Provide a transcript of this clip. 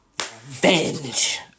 Revenge